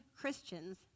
Christians